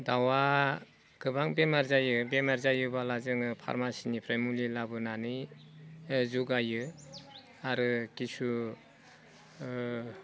दाउआ गोबां बेमार जायो बेमार जायोब्ला जोङो फार्मासिनिफ्राय मुलि लाबोनानै जुगायो आरो किसु